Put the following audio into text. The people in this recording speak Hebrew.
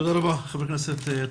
תודה רבה ח"כ טייב.